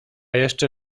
jeszcze